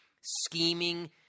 scheming